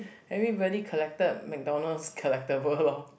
everybody collected McDonald collectible loh